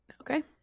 Okay